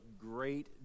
great